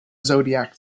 zodiac